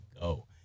go